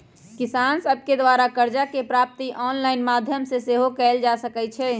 किसान सभके द्वारा करजा के प्राप्ति ऑनलाइन माध्यमो से सेहो कएल जा सकइ छै